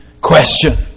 question